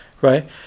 right